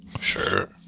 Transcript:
Sure